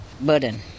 burden